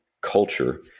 culture